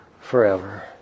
forever